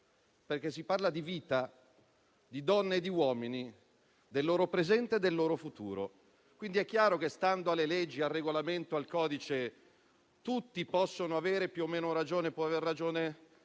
perché si parla di vita, di donne e di uomini, del loro presente e del loro futuro. Quindi, è chiaro che, stando alle leggi, al Regolamento, al codice, tutti possono avere più o meno ragione. Può aver ragione